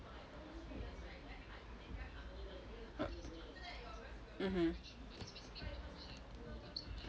uh mmhmm